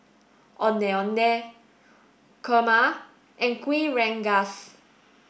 Ondeh Ondeh Kurma and Kuih Rengas